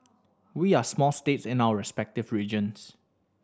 we are small states in our respective regions